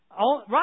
Right